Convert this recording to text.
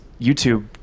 YouTube